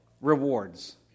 rewards